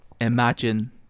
imagine